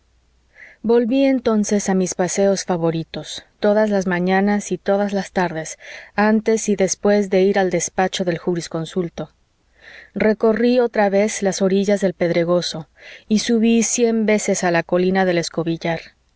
volví entonces a mis paseos favoritos todas las mañanas y todas las tardes antes y después de ir al despacho del jurisconsulto recorrí otra vez las orillas del pedregoso y subí cien veces a la colina del escobillar